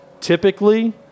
typically